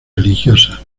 religiosas